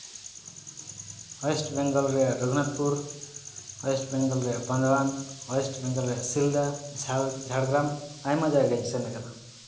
west Bengal ᱨᱮᱭᱟᱜ Raghunathpur West Bengal ᱨᱮᱭᱟᱜ Bandwan West Bengal ᱨᱮᱭᱟᱜ ᱥᱤᱞᱫᱟ ᱡᱷᱟᱲᱜᱨᱟᱢ ᱟᱭᱢᱟ ᱡᱟᱭᱜᱟᱧ ᱥᱮᱱᱟᱠᱟᱱᱟ